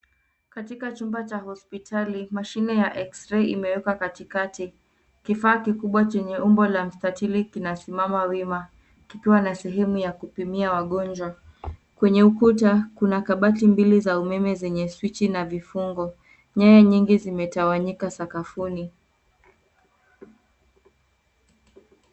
Katika chumba cha hospitali, mashine ya Xray imewekwa katikati. Kifaa kikubwa chenye umbo la mstatili kinasimama wima, kikiwa na sehemu ya kupimia wagonjwa. Kwenye ukuta, kuna kabati mbili za umeme zenye swichi na vifungo. Nyaya nyingi zimetawanyika sakafuni.